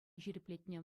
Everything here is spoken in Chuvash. ҫирӗплетнӗ